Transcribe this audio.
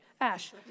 Ash